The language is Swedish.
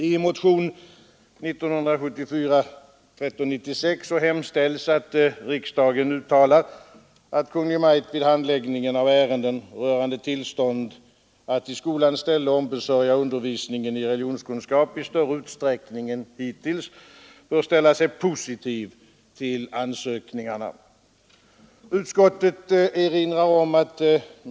I motionen 1396 hemställs att riksdagen uttalar att Kungl. Maj:t vid handläggningen av ärenden rörande tillstånd att i skolans ställe ombesörja undervisningen i religionskunskap i större utsträckning än hittills bör ställa sig positiv till ansökningarna.